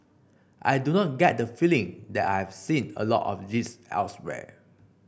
I do not get the feeling that I have seen a lot of this elsewhere